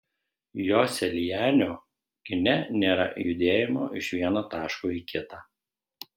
joselianio kine nėra judėjimo iš vieno taško į kitą